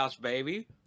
baby